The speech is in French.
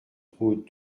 route